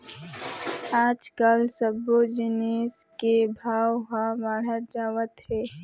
आजकाल सब्बो जिनिस के भाव ह बाढ़त जावत हे